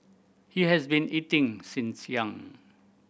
he has been eating since young